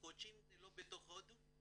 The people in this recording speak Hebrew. "קוצ'ין זה לא בתוך הודו".